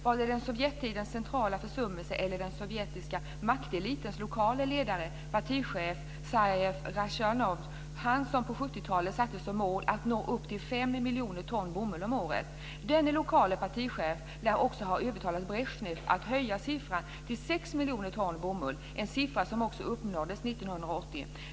Var det Sovjettidens centrala försummelse eller den sovjetiska maktelitens lokale ledare, partichef Sajaraf Rasjidovs fel, han som på 70-talet satte som mål att nå upp till 5 miljoner ton bomull om året? Denna lokale partichef lär också ha övertalat Brezjnev att höja siffran till 6 miljoner ton bomull, en siffra som också uppnåddes 1980.